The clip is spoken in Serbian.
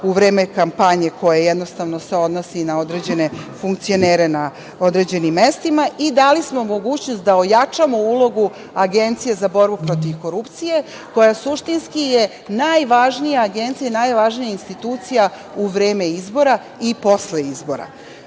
u vreme kampanje koje jednostavno se odnosi i na određene funkcionere na određenim mestima i dali smo mogućnost da ojačamo ulogu Agencije za borbu protiv korupcije, koja suštinski je najvažnija agencija i najvažnija institucija u vreme izbora i posle izbora. Zbog